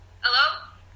Hello